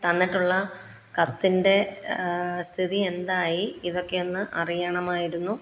തന്നിട്ടുള്ള കത്തിൻ്റെ സ്ഥിതി എന്തായി ഇതൊക്കെ ഒന്ന് അറിയണമായിരുന്നു